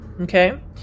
Okay